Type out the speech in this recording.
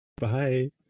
bye